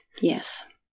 Yes